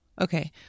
okay